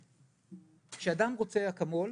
כשאדם רוצה אקמול,